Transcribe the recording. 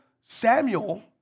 Samuel